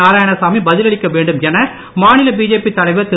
நாராயணசாமி பதிலளிக்க வேண்டும் என மாநில பிஜேபி தலைவர் திரு